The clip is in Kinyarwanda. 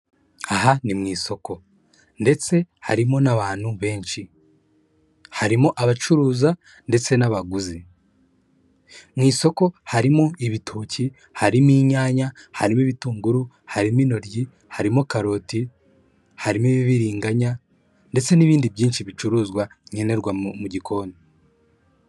Aha ni mu isoko ndetse harimo n'abantu benshi harimo abacuruza ndetse n'abaguzi mu isoko harimo ibitoki, harimo inyanya, harimo ibitunguru, harimo intoryi harimo karoti, harimo ibibiririganya ndetse n'ibindi byinshi bicuruzwa nkenerwa mu gikoni.